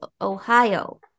Ohio